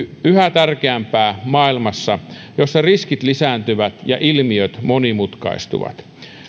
yhä tärkeämpää maailmassa jossa riskit lisääntyvät ja ilmiöt monimutkaistuvat